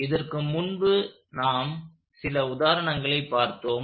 இதற்கு முன்பு நாம் சில உதாரணங்களைப் பார்த்தோம்